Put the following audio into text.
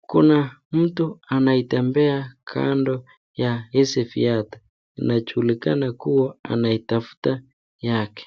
kuna mtu anayetembea kando ya hizi viatu, inajulikana kuwa anatafuta yake .